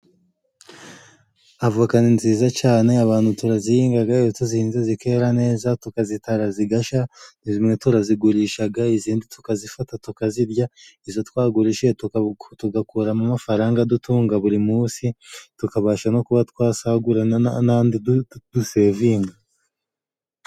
Avoka ni nziza cane abantu turazihingaga, iyo tuzihinze zikera neza tukazitara zigasha, zimwe turazigurishaga izindi tukazifata tukazirya, izo twagurishije tugakuramo amafaranga adutunga buri munsi, tukabasha no kuba twasagura n'andi dusevinga.